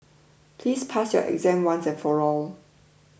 please pass your exam once and for all